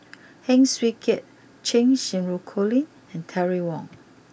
Heng Swee Keat Cheng Xinru Colin and Terry Wong